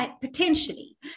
potentially